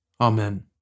Amen